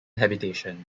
habitation